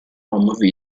home